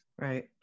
Right